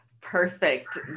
Perfect